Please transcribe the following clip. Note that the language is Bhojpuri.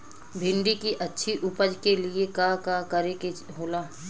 भिंडी की अच्छी उपज के लिए का का करे के होला?